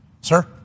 Sir